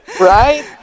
Right